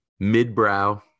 midbrow